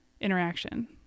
interaction